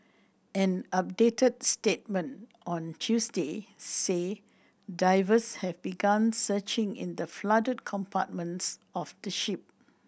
an updated statement on Tuesday said divers have begun searching in the flooded compartments of the ship